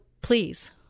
please